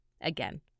Again